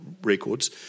Records